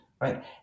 right